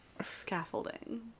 Scaffolding